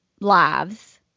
lives